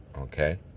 okay